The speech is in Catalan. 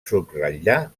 subratllar